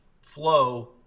flow